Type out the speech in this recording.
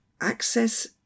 access